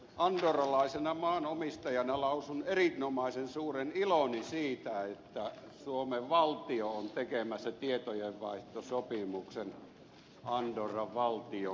andorralaisena maanomistajana lausun erinomaisen suuren iloni siitä että suomen valtio on tekemässä tietojenvaihtosopimuksen andorran valtion kanssa